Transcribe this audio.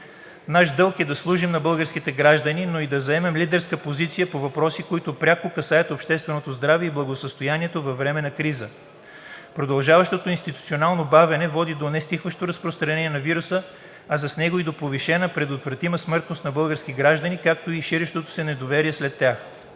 Наш дълг е да служим на българските граждани, но и да заемем лидерска позиция по въпроси, които пряко касаят общественото здраве и благосъстоянието във време на криза. Продължаващото институционално бавене води до нестихващо разпространение на вируса, а с него и до повишена предотвратима смъртност на български граждани, както и ширещото се недоверие сред тях.